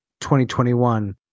2021